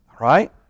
Right